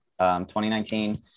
2019